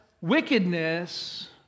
wickedness